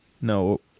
No